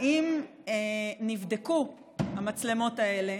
האם נבדקו המצלמות האלה